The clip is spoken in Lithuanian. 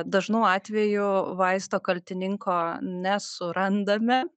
dažnu atveju vaisto kaltininko nesurandame